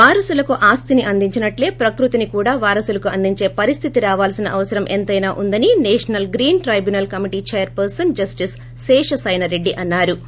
వారసులకు ఆస్తిని అందించినట్లే ప్రకృతిని కూడా వారసులకు అందించే పరిస్లితి రావాల్సిన అవసరం ఎంత్రెనా వుందని national green tribunal committee chairperson justice Seshasayana Reddy అన్నా రు